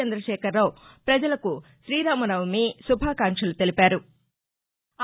చంద్రశేఖరరావు ప్రజలకు శ్రీరామనపమి శుభాకాంక్షలు తెలిపారు